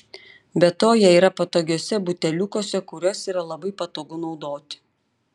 be to jie yra patogiuose buteliukuose kuriuos yra labai patogu naudoti